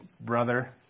brother